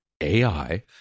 AI